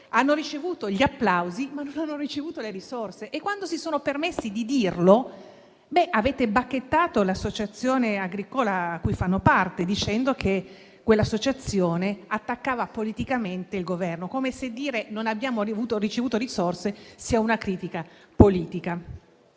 Hanno ricevuto gli applausi, ma non hanno ricevuto le risorse; e quando si sono permessi di dirlo, avete bacchettato l'associazione agricola di cui fanno parte, dicendo che quell'associazione attaccava politicamente il Governo. Come se dire di non aver ricevuto risorse sia una critica politica.